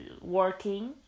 working